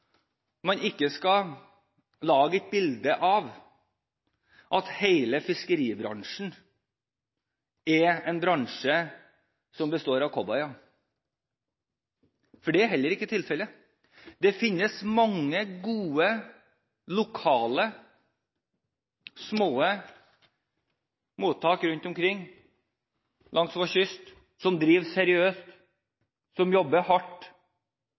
man ikke skal lage et bilde av hele fiskeribransjen som en bransje som består av cowboyer, for det er heller ikke tilfellet. Det finnes mange gode lokale, små mottak rundt omkring langs vår kyst, som driver seriøst, som jobber hardt,